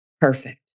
perfect